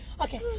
Okay